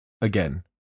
again